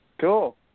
Cool